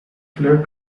kleur